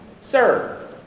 Sir